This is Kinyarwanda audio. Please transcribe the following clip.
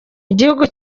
igihugu